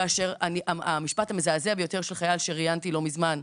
כאשר המשפט המזעזע ביותר של מועמד להיות חייל שראיינתי לא מזמן,